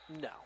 No